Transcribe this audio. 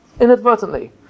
inadvertently